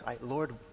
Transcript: Lord